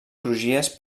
crugies